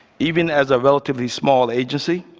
even as a relatively small agency,